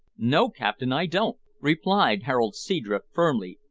no, captain, i don't, replied harold seadrift firmly.